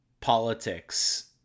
politics